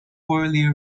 poorly